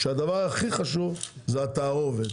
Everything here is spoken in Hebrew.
הדבר הכי חשוב זה התערובת,